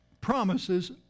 promises